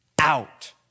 out